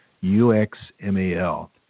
U-X-M-A-L